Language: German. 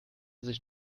sich